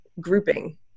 grouping